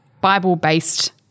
Bible-based